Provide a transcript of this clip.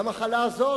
למחלה הזאת,